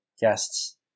guests